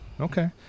Okay